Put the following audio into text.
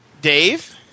Dave